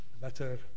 better